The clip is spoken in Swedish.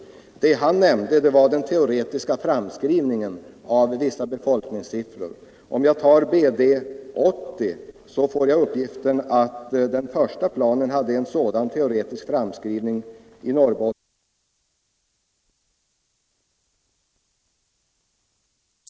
Det han nämnde var den teoretiska framskrivningen av vissa befolkningssiffror. Om jag tar BD 80, så får jag uppgiften att den då först utarbetade planen hade en sådan teoretisk framskrivning i Norrbotten på 290 000-300 000 personer. Jörn Svenssons inlägg bevisade väl för kammaren att centerpartiets tackling av det här problemet vilar på en saklig grund. Grunden var länsstyrelsens egen uppfattning.